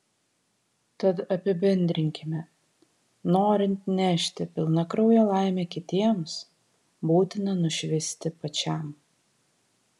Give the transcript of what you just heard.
tad apibendrinkime norint nešti pilnakrauję laimę kitiems būtina nušvisti pačiam